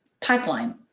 pipeline